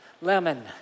lemon